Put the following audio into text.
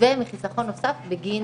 ומחיסכון נוסף בגין